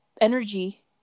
energy